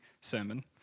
sermon